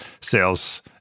sales